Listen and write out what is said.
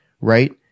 right